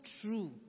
true